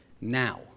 now